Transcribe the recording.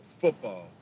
football